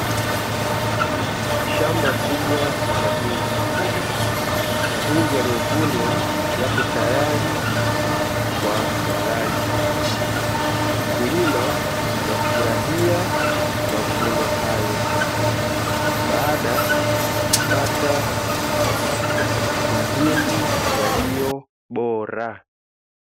Shamba kubwa la mahindi, mahindi yaliyovunwa yapo tayari kwa walaji. Mkulima anafurahia mavuno hayo, baada ya kupata mahindi yaliyo bora.